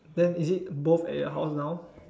then is it both at your house now